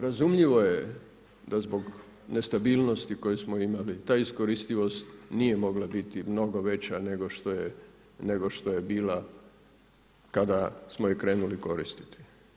Razumljivo je da zbog nestabilnosti koje smo imali, ta iskoristivost nije mogla biti mnogo veća nego što je bila kada smo je krenuli koristiti.